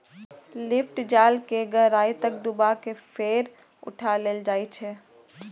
lift जाल कें गहराइ तक डुबा कें फेर उठा लेल जाइ छै